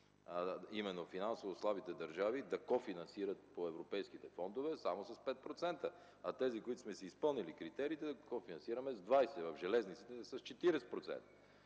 именно финансово слабите държави да кофинансират по европейските фондове само с 5%, а тези, които сме си изпълнили критериите, да кофинансираме с 20, в железниците – с 40%.